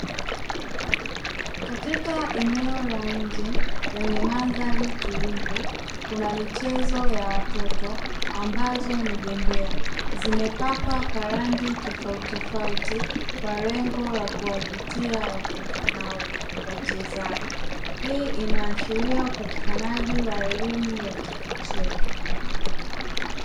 Katika eneo lenye mandhari tulivu, kuna michezo ya watoto ambazo ni bembea. Zimepakwa kwa rangi tofauti tofauti kwa lengo la kuwavutia watoto hao wachezapo. Hii inaashiria upatikanaji wa elimu ya kipekee.